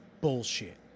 bullshit